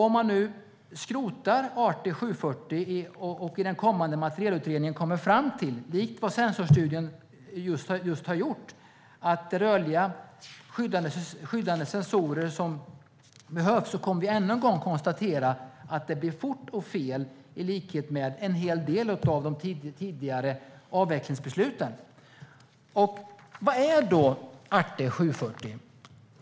Om man nu skrotar ArtE 740 och den kommande materielutredningen kommer fram till, som man gjorde i sensorstudien, att rörliga skyddande sensorer behövs kommer vi ännu en gång att konstatera att det blev fort och fel, i likhet med en hel del av de tidigare avvecklingsbesluten. Vad är då ArtE 740?